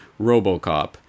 Robocop